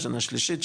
שנה שלישית,